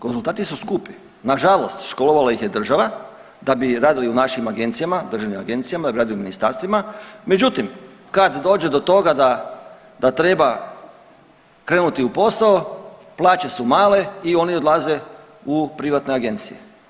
Konzultanti su skupi nažalost, školovala ih je država, da bi radili u našim agencijama, državnim agencijama, ... ministarstvima, međutim, kad dođe do toga da treba krenuti u posao, plaće su male i oni odlaze u privatne agencije.